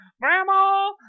grandma